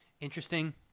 Interesting